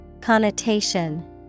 Connotation